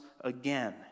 again